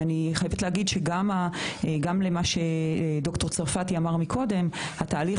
ואני חייבת להגיב למה שד"ר צרפתי אמר קודם התהליך